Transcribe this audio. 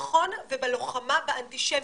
בביטחון ובלוחמה באנטישמיות.